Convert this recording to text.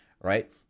Right